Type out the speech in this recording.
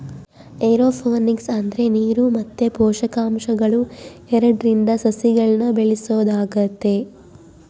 aeroponics ಅಂದ್ರ ನೀರು ಮತ್ತೆ ಪೋಷಕಾಂಶಗಳು ಎರಡ್ರಿಂದ ಸಸಿಗಳ್ನ ಬೆಳೆಸೊದಾಗೆತೆ